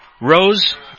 Rose